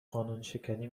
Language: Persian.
قانونشکنی